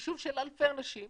יישוב של אלפי אנשים,